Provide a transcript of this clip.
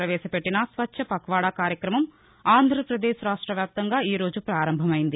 ప్రవేశపెట్టిన న్వచ్చవక్వాడా కార్యక్రమం ఆంధ్రప్రదేశ్ రాష్టవ్యాప్తంగా ఈ రోజు ప్రపారంభవైంది